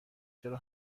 چرا